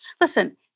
listen